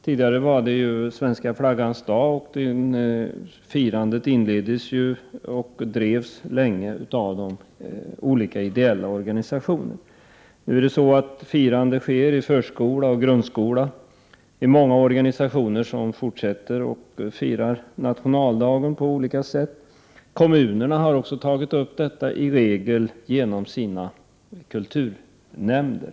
Den 6 juni var tidigare svenska flaggans dag, och firandet inleddes och drevs länge av de olika ideella organisationerna. Nu sker firandet i förskola och grundskola, och många organisationer fortsätter att fira nationaldagen på olika sätt. Även kommunerna har tagit upp detta, i regel genom sina kulturnämnder.